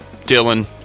Dylan